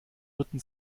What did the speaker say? ritten